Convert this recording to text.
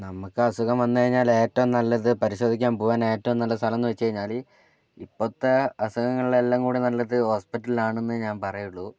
നമുക്ക് അസുഖം വന്നു കഴിഞ്ഞാൽ ഏറ്റവും നല്ലത് പരിശോധിക്കാൻ പോകുവാൻ ഏറ്റവും നല്ല സ്ഥലം എന്നു വച്ച് കഴിഞ്ഞാൽ ഇപ്പോഴത്തെ അസുഖങ്ങൾ എല്ലാം കൂടി നല്ലത് ഹോസ്പിറ്റൽ ആണെന്നെ ഞാൻ പറയുള്ളൂ